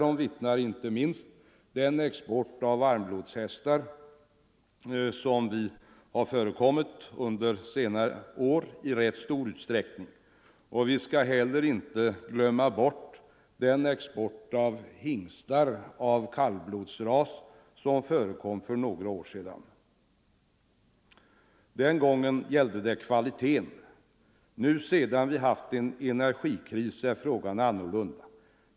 Därom vittnar inte minst den export av varmblodshästar som förekommit under senare år i rätt stor utsträckning. Vi skall heller inte glömma bort den export av hingstar av kallblodsras som förekom för några år sedan. Den gången gällde det kvaliteten. Nu, sedan vi haft en energikris, är frågan annorlunda.